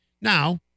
Now